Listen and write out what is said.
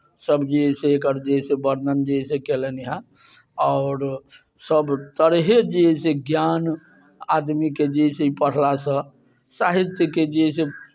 सभ जे एकर जे अइ से वर्णन जे अइ से कयलनि हेँ आओर सभ तरहेँ जे अइ से ज्ञान आदमीके जे अइ से पढ़लासँ साहित्यके जे अइ से